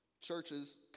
churches